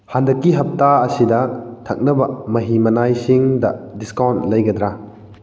ꯍꯟꯗꯛꯀꯤ ꯍꯞꯇꯥ ꯑꯁꯤꯗ ꯊꯛꯅꯕ ꯃꯍꯤ ꯃꯅꯥꯏꯁꯤꯡꯗ ꯗꯤꯁꯀꯥꯎꯟ ꯂꯩꯒꯗ꯭ꯔꯥ